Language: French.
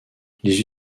les